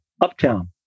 Uptown